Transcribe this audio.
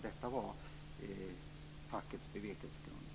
Det var fackets bevekelsegrunder.